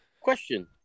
Question